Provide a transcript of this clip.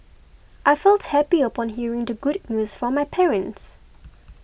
I felt happy upon hearing the good news from my parents